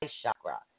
chakra